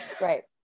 Right